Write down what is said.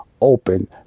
open